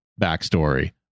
backstory